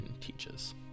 teaches